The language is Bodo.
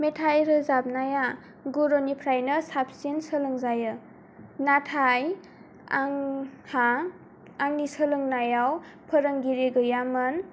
मेथाइ रोजाबनाया गुरुनिफ्रायनो साबसिन सोलोंजायो नाथाय आंहा आंनि सोलोंनायाव फोरोंगिरि गैयामोन